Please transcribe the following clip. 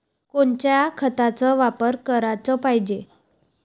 कोनच्या खताचा वापर कराच पायजे?